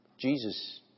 Jesus